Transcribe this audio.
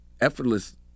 effortless